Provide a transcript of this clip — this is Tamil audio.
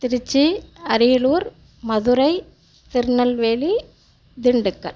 திருச்சி அரியலூர் மதுரை திருநெல்வேலி திண்டுக்கல்